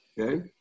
okay